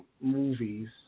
movies